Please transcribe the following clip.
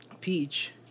Peach